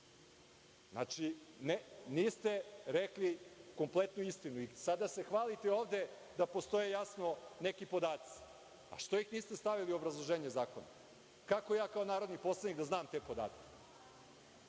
niste rekli kompletnu istinu, a sada se hvalite ovde da postoje jasno neki podaci. Zašto ih niste stavili u obrazloženje zakona? Kako ja kao narodni poslanik da znam te podatke?